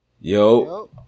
yo